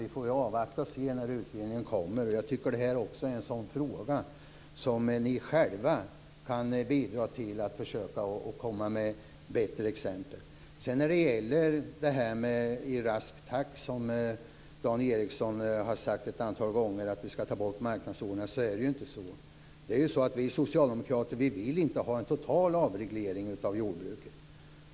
Vi får avvakta och se hur det blir när utredningen kommer. Jag tycker också att detta är en fråga där ni själva kan bidra genom att försöka att komma med bättre exempel. Dan Ericsson har ett antal gånger sagt att vi skall ta bort marknadsordningarna i rask takt. Det är inte så. Vi socialdemokrater vill inte ha en total avreglering av jordbruket.